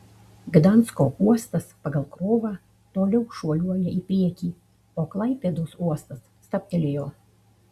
gdansko uostas pagal krovą toliau šuoliuoja į priekį o klaipėdos uostas stabtelėjo